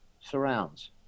surrounds